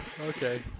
Okay